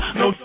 no